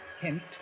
Kent